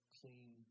clean